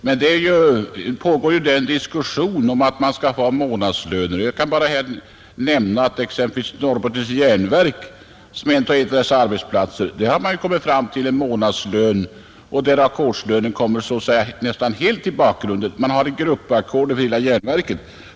Det pågår emellertid en diskussion om månadslöner. Jag kan bara nämna att i exempelvis Norrbottens Jernverk, som är en av dessa arbetsplatser, har man kommit fram till månadslön. Ackordssystemet har där kommit helt i bakgrunden, man har gruppackord för hela järnverket.